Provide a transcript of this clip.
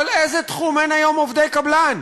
אבל באיזה תחום אין היום עובדי קבלן?